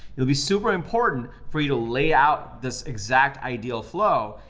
it'll be super important for you to lay out this exact ideal flow.